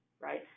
right